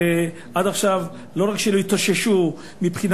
ועד עכשיו לא רק שלא התאוששו מבחינה